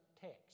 text